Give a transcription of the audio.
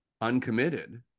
uncommitted